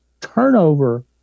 turnover